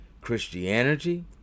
Christianity